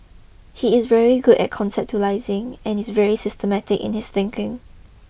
he is very good at conceptualising and is very systematic in his thinking